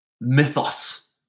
mythos